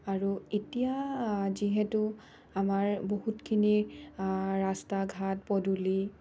আৰু এতিয়া যিহেতু আমাৰ বহুতখিনিৰ ৰাস্তা ঘাট পদূলি